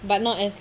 but not as